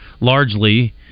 largely